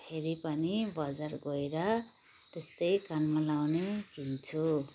फेरि पनि बजार गएर त्यस्तै कानमा लाउने किन्छु